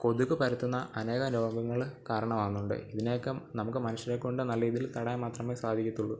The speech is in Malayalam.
കൊതുകു പരത്തുന്ന അനേകം രോഗങ്ങളെ കാരണമാകുന്നുണ്ട് ഇതിനെയൊക്കെ നമുക്ക് മനുഷ്യരെ കൊണ്ടു നല്ല രീതിയിൽ തടയാൻ മാത്രമേ സാധിക്കത്തുള്ളൂ